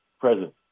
present